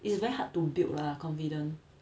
it's very hard to build lah confidence